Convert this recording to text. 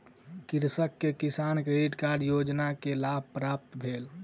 कृषक के किसान क्रेडिट कार्ड योजना के लाभ प्राप्त भेल